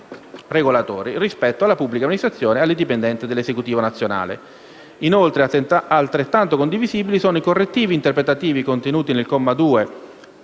regolatori rispetto alla pubblica amministrazione alle dipendenze dell'Esecutivo nazionale. Inoltre, altrettanto condivisibili sono i correttivi interpretativi contenuti nel comma 2